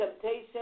temptation